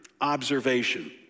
observation